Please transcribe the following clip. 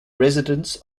residents